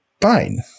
fine